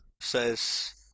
says